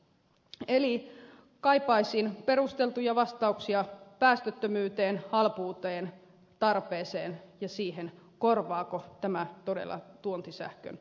eli kaipaisin perusteltuja vastauksia päästöttömyyteen halpuuteen tarpeeseen ja siihen korvaako tämä todella tuontisähkön